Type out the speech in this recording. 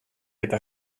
eta